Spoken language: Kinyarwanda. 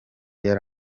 yari